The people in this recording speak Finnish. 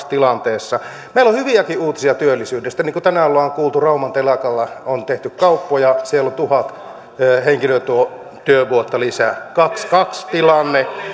tilanteessa meillä on hyviäkin uutisia työllisyydestä niin kuin tänään ollaan kuultu rauman telakalla ollaan tehty kauppoja siellä on tuhat henkilötyövuotta lisää kaksi viiva kaksi tilanne